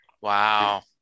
Wow